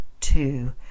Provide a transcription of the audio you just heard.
two